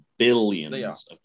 billions